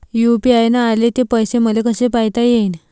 UPI न आले ते पैसे मले कसे पायता येईन?